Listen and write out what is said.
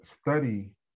study